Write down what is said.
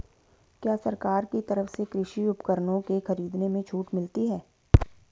क्या सरकार की तरफ से कृषि उपकरणों के खरीदने में छूट मिलती है?